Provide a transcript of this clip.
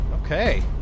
Okay